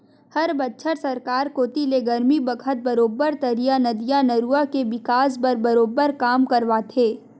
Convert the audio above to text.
हर बछर सरकार कोती ले गरमी बखत बरोबर तरिया, नदिया, नरूवा के बिकास बर बरोबर काम करवाथे